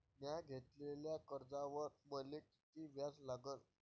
म्या घेतलेल्या कर्जावर मले किती व्याज लागन?